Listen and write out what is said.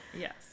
yes